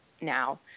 now